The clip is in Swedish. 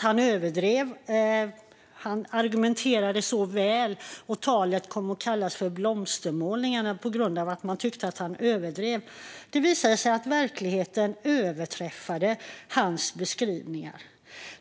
Han argumenterade så väl att hans tal kom att kallas för "blomstermålningarna" på grund av att man tyckte att han överdrev. Men det visade sig att verkligheten överträffade hans beskrivningar.